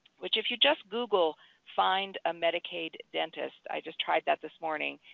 which if you just google find a medicaid dentist, i just tried that this morning,